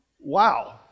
Wow